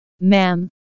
ma'am